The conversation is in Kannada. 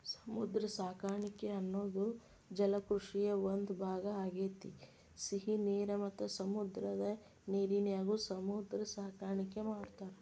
ಸಮುದ್ರ ಸಾಕಾಣಿಕೆ ಅನ್ನೋದು ಜಲಕೃಷಿಯ ಒಂದ್ ಭಾಗ ಆಗೇತಿ, ಸಿಹಿ ನೇರ ಮತ್ತ ಸಮುದ್ರದ ನೇರಿನ್ಯಾಗು ಸಮುದ್ರ ಸಾಕಾಣಿಕೆ ಮಾಡ್ತಾರ